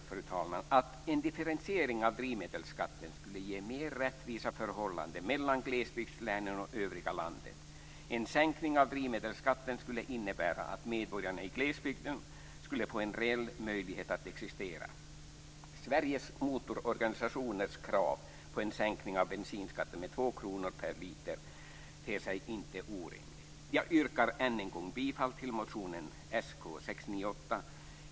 Jag tror att en differentiering av drivmedelsskatten skulle ge mer rättvisa förhållanden mellan glesbygdslänen och övriga landet. En sänkning av drivmedelsskatten skulle innebära att medborgarna i glesbygden skulle få en reell möjlighet att existera. Sveriges motororganisationers krav på en sänkning av bensinskatten med 2 kr per liter ter sig inte orimlig. Jag yrkar än en gång bifall till motion Sk698.